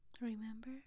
remember